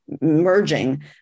merging